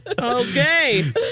Okay